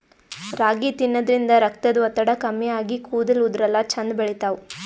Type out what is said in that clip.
ರಾಗಿ ತಿನ್ನದ್ರಿನ್ದ ರಕ್ತದ್ ಒತ್ತಡ ಕಮ್ಮಿ ಆಗಿ ಕೂದಲ ಉದರಲ್ಲಾ ಛಂದ್ ಬೆಳಿತಾವ್